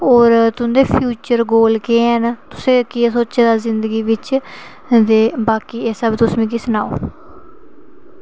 होर तुं'दे future goal केह् न फिर केह् सोचे दा जिंदगी बिच ते बाकी एह् तुस मिगी सनाओ